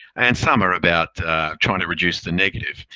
and some are about trying to reduce the negative,